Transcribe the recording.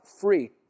free